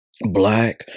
Black